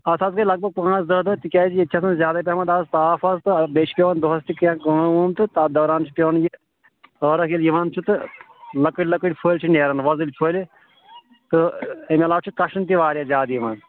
اَتھ حظ گےٕ لگ بگ پانٛژھ دَہ دۄہ تِکیاز ییٚتہِ چھِ آسان اَز زیادے پیٚوان تاپھ اَز بیٚیہِ چھِ پیٚوان دُہَس تہِ کیٚنٛہہ کٲم وٲم تَتھ دوٚران چھِ پیٚوان یہِ ٲرق ییٚلہِ یِوان چھُ تہٕ لۄکٕٹۍ لۄکٕٹۍ فٕلۍ چھِ نیٚران وۄزٕلۍ فٕلۍ تہٕ اَمہِ عَلاو چھُ کَشُن تہِ واریاہ زِیادٕ یِوان